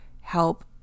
help